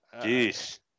Jeez